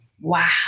wow